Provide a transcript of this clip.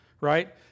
right